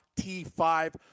T5